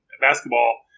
basketball